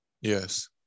Yes